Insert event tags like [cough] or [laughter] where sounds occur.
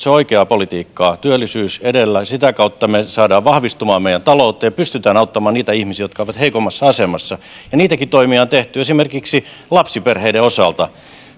[unintelligible] se on oikeaa politiikkaa työllisyys edellä sitä kautta me saamme meidän taloutemme vahvistumaan ja pystymme auttamaan niitä ihmisiä jotka ovat heikoimmassa asemassa niitäkin toimia on tehty esimerkiksi lapsiperheiden osalta